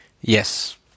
Yes